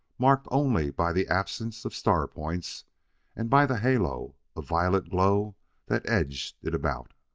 marked only by the absence of star-points and by the halo of violet glow that edged it about.